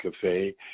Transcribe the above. cafe